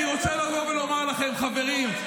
אני רוצה לבוא ולומר לכם: חברים,